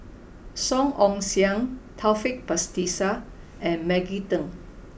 Song Ong Siang Taufik Batisah and Maggie Teng